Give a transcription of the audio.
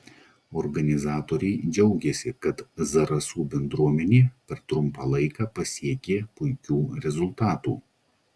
organizatoriai džiaugėsi kad zarasų bendruomenė per trumpą laiką pasiekė puikių rezultatų